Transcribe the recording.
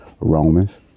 Romans